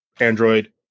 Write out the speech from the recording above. Android